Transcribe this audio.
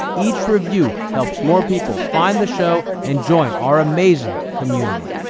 each review helps more people find the show and join our amazing community.